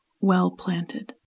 well-planted